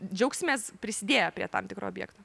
džiaugsimės prisidėję prie tam tikro objekto